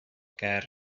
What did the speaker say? ger